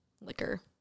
liquor